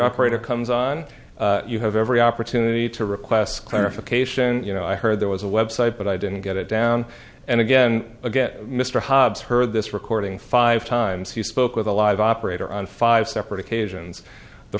operator comes on you have every opportunity to request clarification you know i heard there was a website but i didn't get it down and again again mr hobbs heard this recording five times he spoke with a live operator on five separate occasions the